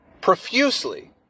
profusely